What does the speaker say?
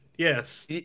Yes